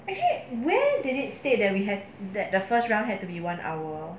actually where did it say that we have that the first round had to be one hour